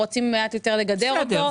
רוצים מעט יותר לגדר אותו.